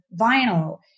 Vinyl